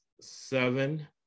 seven